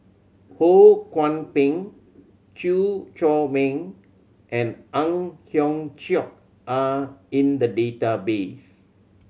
Ho Kwon Ping Chew Chor Meng and Ang Hiong Chiok are in the database